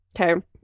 Okay